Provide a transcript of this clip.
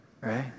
right